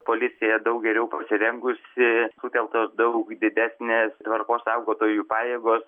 policija daug geriau pasirengusi sutelktos daug didesnės tvarkos saugotojų pajėgos